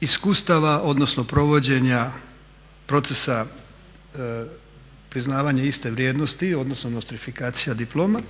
iskustava, odnosno provođenja procesa priznavanja iste vrijednosti odnosno nostrifikacija diploma